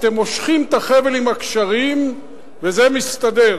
אתם מושכים את החבל עם הקשרים וזה מסתדר.